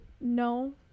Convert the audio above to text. no